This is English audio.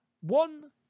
One